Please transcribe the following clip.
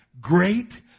Great